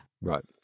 right